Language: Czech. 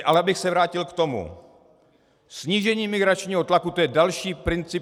Ale abych se vrátil k tomu snížení migračního tlaku, to je další princip.